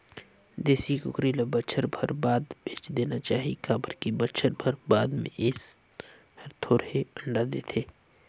देसी कुकरी ल बच्छर भर बाद बेच देना चाही काबर की बच्छर भर बाद में ए हर थोरहें अंडा देथे